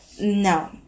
no